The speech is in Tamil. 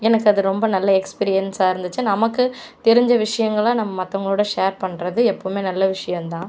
எனக்கு அது ரொம்ப நல்ல எக்ஸ்பீரியன்ஸாக இருந்துச்சு நமக்கு தெரிஞ்ச விஷயங்களை நம்ம மற்றவங்களோட ஷேர் பண்ணுறது எப்போவுமே நல்ல விஷயம்தான்